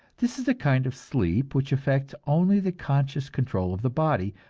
this is a kind of sleep which affects only the conscious control of the body,